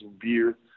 beer